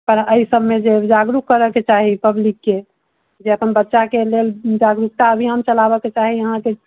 पर एहि सभमे जे जागरूक करऽ के चाही पब्लिक के जे अपन बच्चा के लेल जागरूकता अभियान चलाबक चाही अहाँके